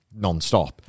nonstop